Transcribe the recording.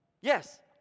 Yes